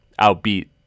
outbeat